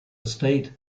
estate